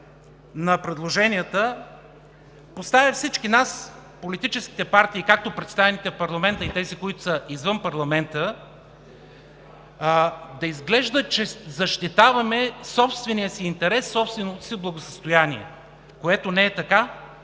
на предложенията поставя всички нас – политическите партии, както представените в парламента и тези, които са извън парламента, да изглежда, че защитаваме собствения си интерес, собственото си благосъстояние, което не е така,